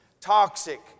toxic